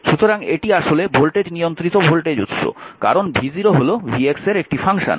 সুতরাং এটি আসলে ভোল্টেজ নিয়ন্ত্রিত ভোল্টেজ উৎস কারণ v0 হল vx এর একটি ফাংশন